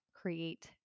create